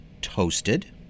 toasted